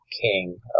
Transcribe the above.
king